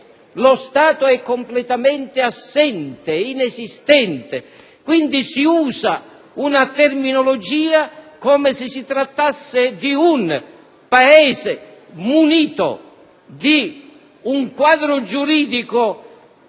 lo Stato è completamente assente, inesistente. Quindi, si usa una terminologia come se si trattasse di un Paese munito di un quadro giuridico